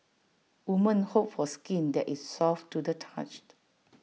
women hope for skin that is soft to the touch